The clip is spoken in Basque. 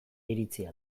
iritzia